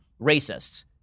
racists